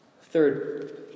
Third